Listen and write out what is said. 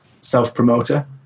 self-promoter